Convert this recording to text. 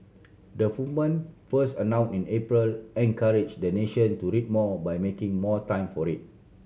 the movement first in April encourage the nation to read more by making more time for it